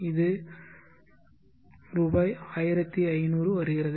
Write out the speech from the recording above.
இது ரூபாய் 1500 வருகிறது